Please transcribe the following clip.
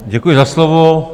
Děkuji za slovo.